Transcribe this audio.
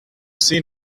seen